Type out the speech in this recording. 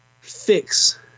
fix